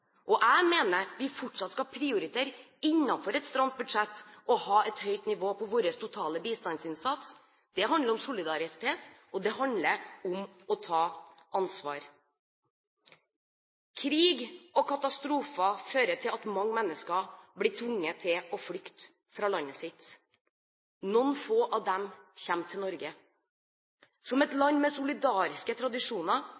og jeg mener vi fortsatt skal prioritere – innenfor et stramt budsjett – å ha et høyt nivå på vår totale bistandsinnsats. Det handler om solidaritet, og det handler om å ta ansvar. Krig og katastrofer fører til at mange mennesker blir tvunget til å flykte fra landet sitt. Noen få av dem kommer til Norge. Som et